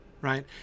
right